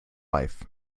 life